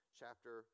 chapter